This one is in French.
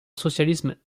socialisme